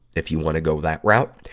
if you wanna go that route.